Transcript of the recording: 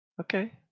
Okay